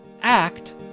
act